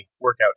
workout